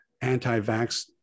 anti-vax